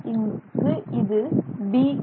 இங்கு இது Br